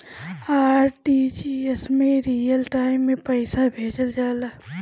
RTGS में real time में पइसा भेजल जाला